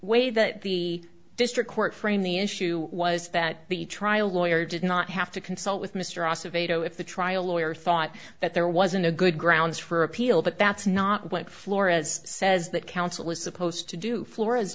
way that the district court frame the issue was that the trial lawyer did not have to consult with mr ross of a toe if the trial lawyer thought that there wasn't a good grounds for appeal but that's not what flores says that counsel is supposed to do flore